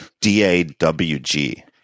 D-A-W-G